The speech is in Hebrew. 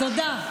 תודה.